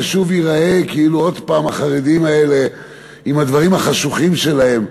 זה שוב ייראה כאילו עוד הפעם החרדים האלה עם הדברים החשוכים שלהם.